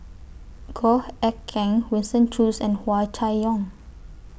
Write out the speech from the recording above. Goh Eck Kheng Winston Choos and Hua Chai Yong